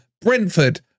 Brentford